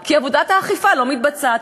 כי עבודת האכיפה לא מתבצעת.